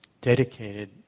dedicated